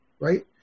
Right